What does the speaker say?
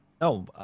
No